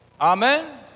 Amen